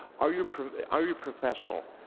are you are you professional?